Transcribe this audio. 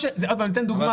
אני אתן דוגמה,